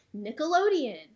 Nickelodeon